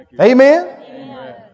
Amen